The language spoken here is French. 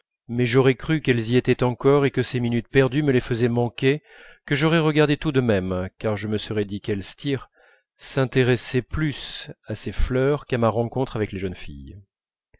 mais j'aurais cru qu'elles y étaient encore et que ces minutes perdues me les faisaient manquer que j'aurais regardé tout de même car je me serais dit qu'elstir s'intéressait plus à ses fleurs qu'à ma rencontre avec les jeunes filles